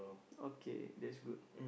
okay that's good